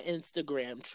Instagram